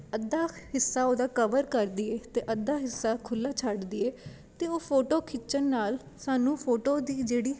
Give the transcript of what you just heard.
ਅੱਧਾ ਹਿੱਸਾ ਉਹਦਾ ਕਵਰ ਕਰ ਦੀਏ ਅਤੇ ਅੱਧਾ ਹਿੱਸਾ ਖੁੱਲ੍ਹਾ ਛੱਡ ਦੀਏ ਅਤੇ ਉਹ ਫੋਟੋ ਖਿੱਚਣ ਨਾਲ ਸਾਨੂੰ ਫੋਟੋ ਦੀ ਜਿਹੜੀ